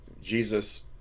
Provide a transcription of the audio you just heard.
Jesus